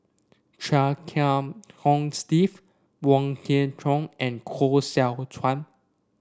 Chia Kiah Hong Steve Wong Kwei Cheong and Koh Seow Chuan